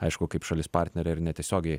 aišku kaip šalis partnerė ir netiesiogiai